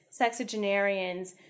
sexagenarians